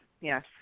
Yes